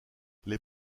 les